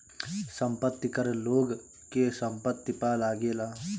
संपत्ति कर लोग के संपत्ति पअ लागेला